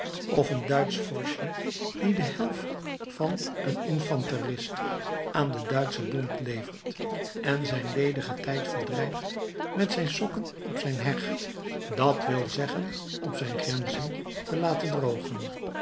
of een duitsch vorstje die de helft van een infanterist aan den duitschen bond levert en zijn ledigen tijd verdrijft met zijn sokken op zijn heg dat wil zeggen op zijn grenzen te laten drogen